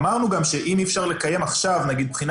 אמרנו גם שאם אי אפשר לקיים עכשיו בחינה